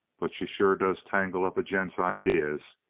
but she sure does tangle up a gent's ideas.